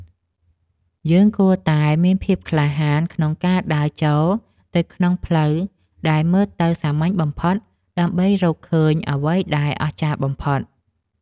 យើងគួរតែមានភាពក្លាហានក្នុងការដើរចូលទៅក្នុងផ្លូវដែលមើលទៅសាមញ្ញបំផុត ដើម្បីរកឃើញអ្វីដែលអស្ចារ្យបំផុត។